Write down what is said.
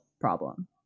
problem